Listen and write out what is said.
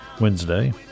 Wednesday